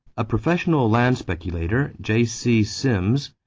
a professional land speculator, j c. symmes,